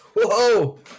Whoa